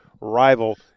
rival